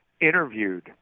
interviewed